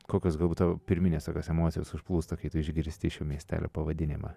kokios galbūt tavo pirminės tokios emocijos užplūsta kai tu išgirsti šio miestelio pavadinimą